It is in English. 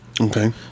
Okay